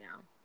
now